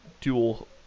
dual